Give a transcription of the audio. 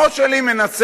הראש שלי מנסה,